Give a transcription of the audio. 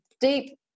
deep